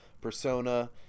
Persona